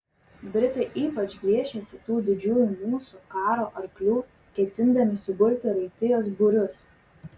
britai ypač gviešiasi tų didžiųjų mūsų karo arklių ketindami suburti raitijos būrius